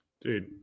Dude